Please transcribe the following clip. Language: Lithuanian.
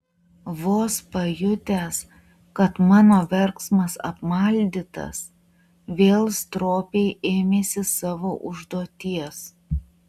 vos pajutęs kad mano verksmas apmaldytas vėl stropiai ėmėsi savo užduoties